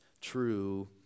true